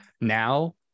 now